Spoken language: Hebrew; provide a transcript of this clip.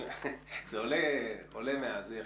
זה עולה מאז, זה יפה.